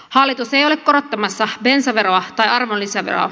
hallitus ei ole korottamassa bensaveroa tai arvonlisäveroa